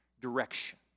direction